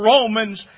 Romans